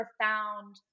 profound